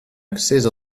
accés